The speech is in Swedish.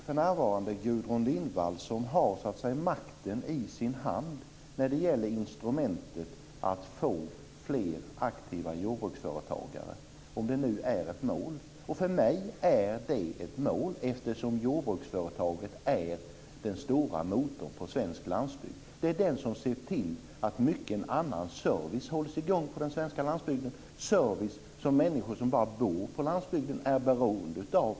För närvarande är det Gudrun Lindvall som har makten i sin hand när det gäller instrumentet att få fler aktiva jordbruksföretagare - om det nu är ett mål. För mig är det ett mål eftersom jordbruksföretaget är den stora motorn på svensk landsbygd. Det är det som ser till att mycken annan service hålls i gång på den svenska landsbygden - service som människor som bara bor på landsbygden är beroende av.